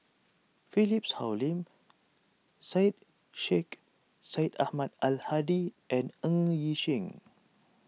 Philip Hoalim Syed Sheikh Syed Ahmad Al Hadi and Ng Yi Sheng